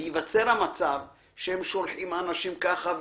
וייווצר המצב שהם שולחים אנשים ככה,